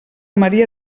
maria